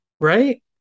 right